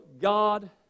God